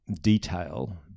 detail